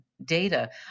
data